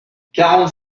quarante